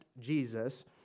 Jesus